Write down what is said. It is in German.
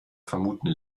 vermuten